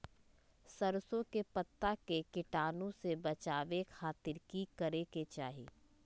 सरसों के पत्ता के कीटाणु से बचावे खातिर की करे के चाही?